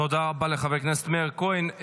תודה רבה לחבר הכנסת מאיר כהן.